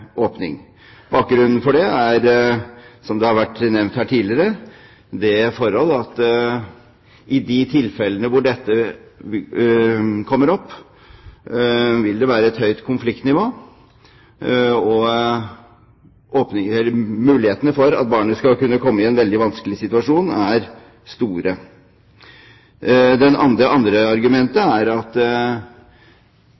åpning. Bakgrunnen for det er, som det har vært nevnt her tidligere, det forhold at i de tilfellene hvor dette kommer opp, vil det være et høyt konfliktnivå, og mulighetene for at barnet skal kunne komme i en veldig vanskelig situasjon, er store. Det andre argumentet